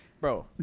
Bro